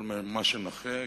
כל מה שנכה,